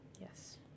Yes